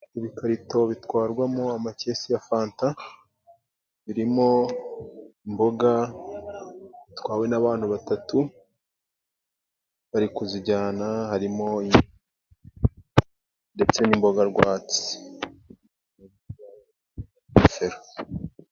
Ibikarito bitwarwamo amakesi ya fanta, birimo imboga zitwawe n'abantu batatu bari kuzijyana, harimo ndetse n'imboga rwatsi.